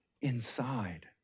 inside